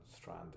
Strand